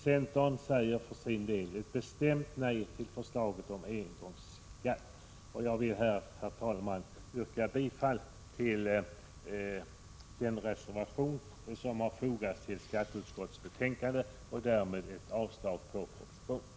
Centern säger för sin del ett bestämt nej till förslaget om engångsskatt. Jag vill, herr talman, härmed yrka bifall till den reservation som vi har fogat till skatteutskottets betänkande och därmed avslag på propositionen.